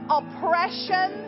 oppression